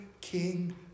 king